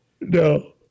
no